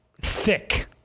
thick